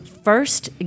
first